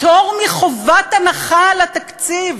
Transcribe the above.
פטור מחובת הנחה של התקציב,